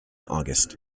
august